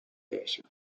condition